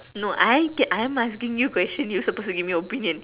no I I'm asking you question you're supposed to give me opinion